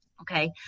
okay